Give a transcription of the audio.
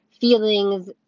feelings